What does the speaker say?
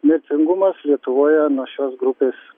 mirtingumas lietuvoje nuo šios grupės